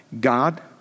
God